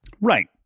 right